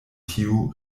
tiu